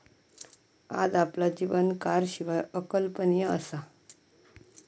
आज आपला जीवन कारशिवाय अकल्पनीय असा